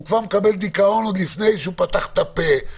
הוא כבר מקבל דיכאון לפני שהוא פתח את הפה.